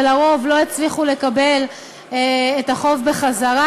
ולרוב לא הצליחו לקבל את החוב בחזרה,